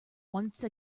once